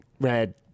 red